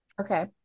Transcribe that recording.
Okay